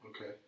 Okay